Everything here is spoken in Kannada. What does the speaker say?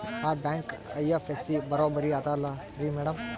ಆ ಬ್ಯಾಂಕ ಐ.ಎಫ್.ಎಸ್.ಸಿ ಬರೊಬರಿ ಅದಲಾರಿ ಮ್ಯಾಡಂ?